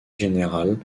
général